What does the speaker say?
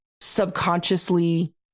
subconsciously